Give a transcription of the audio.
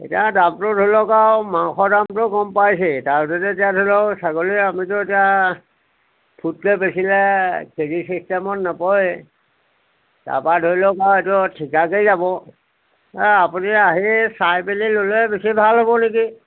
এতিয়া দামটো ধৰি লওক আৰু মাংস দামটো গম পাইছেই তাত যদি এতিয়া ধৰি লওক ছাগলী আমিতো এতিয়া ফুটকে বেচিলে কেজি ছিষ্টেমত নপৰে তাপা ধৰি লওক আও এইটো ঠিকাকেই যাব আপুনি আহি চাই পেনি ল'লে বেছি ভাল হ'ব নেকি